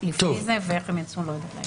לפי זה ואיך הם יצאו...